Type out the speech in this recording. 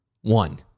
One